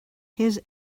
his